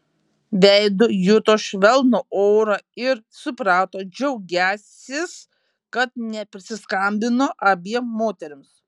veidu juto švelnų orą ir suprato džiaugiąsis kad neprisiskambino abiem moterims